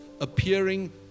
appearing